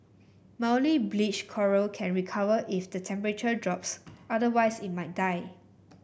mildly bleached coral can recover if the temperature drops otherwise it may die